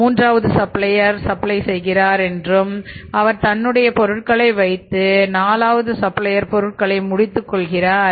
மூன்றாவது supplier supply செய்கிறார் என்றும் அவர் தன்னுடைய பொருட்களை வைத்து நாலாவது சப்ளையர் பொருட்களை முடித்து கொடுக்கிறார்